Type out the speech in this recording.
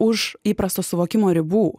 už įprasto suvokimo ribų